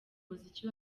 muziki